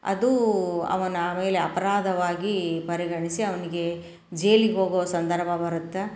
ಅದು ಅವನ ಮೇಲೆ ಅಪರಾಧವಾಗಿ ಪರಿಗಣಿಸಿ ಅವನಿಗೆ ಜೇಲಿಗೆ ಹೋಗೋ ಸಂದರ್ಭ ಬರುತ್ತೆ